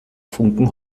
funken